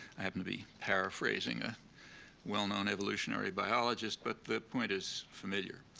i happen to be paraphrasing a well-known evolutionary biologist, but the point is familiar.